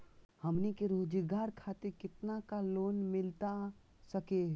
हमनी के रोगजागर खातिर कितना का लोन मिलता सके?